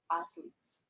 athletes